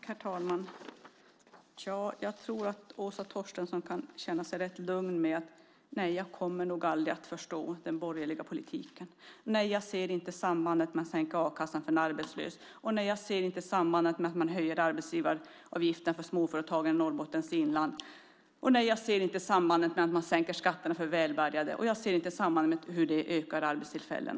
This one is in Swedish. Herr talman! Jag tror att Åsa Torstensson kan känna sig rätt lugn. Nej, jag kommer nog aldrig att förstå den borgerliga politiken. Nej, jag ser inte sambandet med att sänka a-kassan för en arbetslös. Nej, jag ser inte sambandet med att höja arbetsgivaravgiften för småföretagen i Norrbottens inland. Nej, jag ser inte sambandet mellan att sänka skatterna för välbärgade och hur det ökar antalet arbetstillfällen.